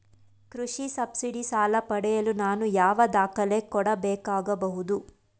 ಕೃಷಿ ಸಬ್ಸಿಡಿ ಸಾಲ ಪಡೆಯಲು ನಾನು ಯಾವ ದಾಖಲೆ ಕೊಡಬೇಕಾಗಬಹುದು?